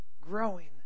Growing